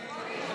אלקטרונית?